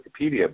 Wikipedia